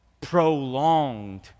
Prolonged